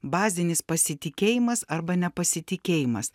bazinis pasitikėjimas arba nepasitikėjimas